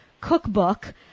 cookbook